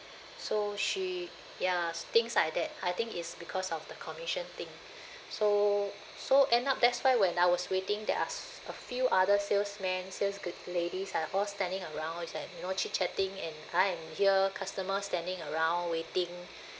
so she ya things like that I think it's because of the commission thing so so end up that's why when I was waiting there are s~ a few other salesman sales g~ ladies are all standing around it's like you know chit chatting and I am here customer standing around waiting